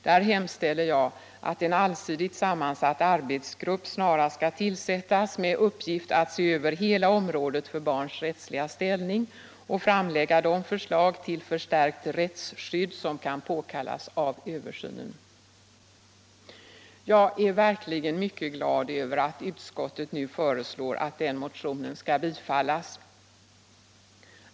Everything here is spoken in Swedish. Där hemställer jag att en allsidigt sammansatt arbetsgrupp snarast tillsätts med uppgift att se över hela området för barns rättsliga ställning och framlägga de förslag till förstärkt rättsskydd som kan påkallas av översynen.” Jag är verkligen mycket glad över att utskottet nu föreslår att den motionen skall bifallas.